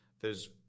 theres